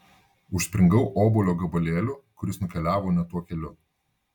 užspringau obuolio gabalėliu kuris nukeliavo ne tuo keliu